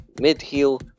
Mid-heel